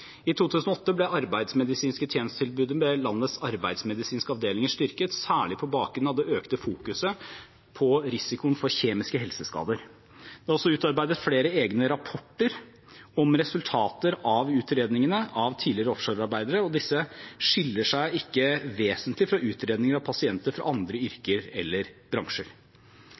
I 2008 ble det arbeidsmedisinske tjenestetilbudet ved landets arbeidsmedisinske avdelinger styrket, særlig på bakgrunn av det økte fokuset på risikoen for kjemiske helseskader. Det er også utarbeidet flere egne rapporter om resultater av utredningene av tidligere offshorearbeidere, og disse skiller seg ikke vesentlig fra utredninger av pasienter fra andre yrker eller bransjer.